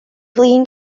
flin